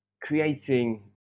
creating